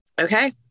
Okay